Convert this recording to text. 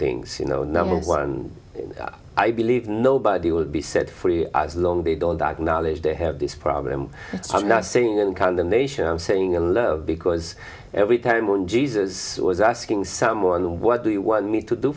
things you know number one i believe nobody will be set free as long they don't acknowledge they have this problem i'm not saying in condemnation i'm saying alone because every time when jesus was asking someone what do you want me to do